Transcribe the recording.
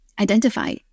identify